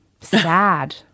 sad